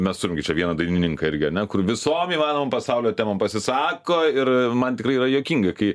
mes turim gi čia vieną dainininką irgi ane kur visom įmanomom pasaulio temom pasisako ir man tikrai yra juokinga kai